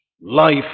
Life